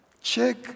Check